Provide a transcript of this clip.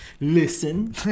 listen